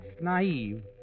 naive